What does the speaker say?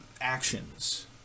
actions